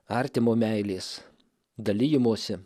artimo meilės dalijimosi